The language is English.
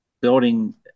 building